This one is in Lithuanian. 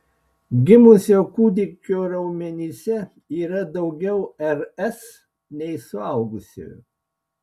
gimusio kūdikio raumenyse yra daugiau rs nei suaugusiojo